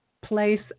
place